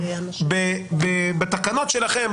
בתקנות שלכם,